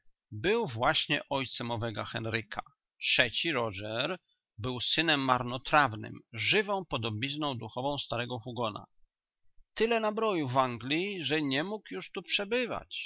był właśnie ojcem owego henryka trzeci roger był synem marnotrawnym żywą podobizną duchową starego hugona tyle nabroił w anglii że nie mógł już tu przebywać